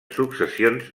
successions